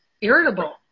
irritable